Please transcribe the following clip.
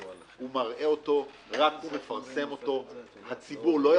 הוא מראה אותו, רק הוא מפרסם אותו.